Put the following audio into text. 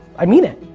i mean it.